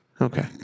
Okay